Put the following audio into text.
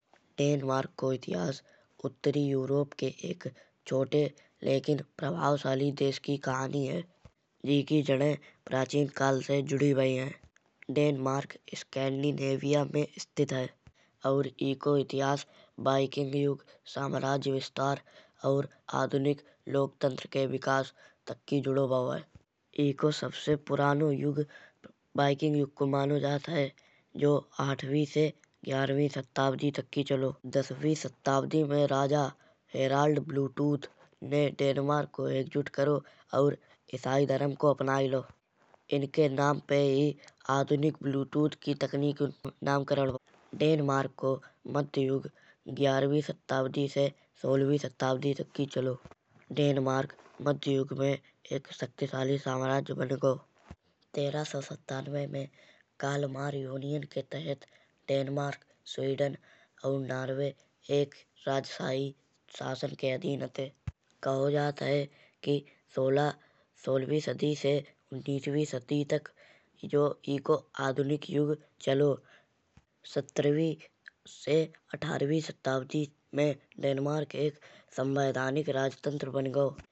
डेनमार्क को इतिहास एक उत्तरी बेउरोपे के एक छोटे लेकिन प्रभावशाली देश की कहानी है। जेकी जड़ें प्राचीन काल से जुड़ी भई हैं। डेनमार्क सैकड़ी लेविया पे स्थित है। और एको इतिहास वहिकिंग युग साम्राज्य विस्तार और आधुनिक लोकतंत्र के विकास तक की जोड़भाओ है। एको सबसे पुरानो युग वहिकिंग युग को मानो जाता है। जो आठवीं से ग्यारहवीं सदी तक की चलो। दसवीं सदी में राजा एलर्ट ब्लूटूथ ने डेनमार्क को एकजूट करो। और इसे धर्म को अपनायी लाओ। इनके नाम पे ही आधुनिक ब्लूटूथ की तकनीकी नमकरण भाओ। डेनमार्क को मध्य युग ग्यारहवीं सदी से सोलहवीं सदी तक की चलो। डेनमार्क मध्य युग में एक शक्तिशाली साम्राज्य बनी गाओ। तेरह सौ सत्तानवे में कालमार्ग यूनियन के तहत डेनमार्क स्वीदान और नर्वे एक राजशाही शासन के अधीन हते। कहो जाता है कि सोलहवीं सदी से बीसवीं सदी तक जो एको आधुनिक युग चलो। सत्रहवीं से अठारहवीं में डेनमार्क एक संवैधानिक राजतंत्र बनी गाओ। अठारह सौ उनचास में डेनमार्क ने अपनो सबसे पहिलो लोकतांत्रिक संविधान अपनाओ।